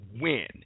win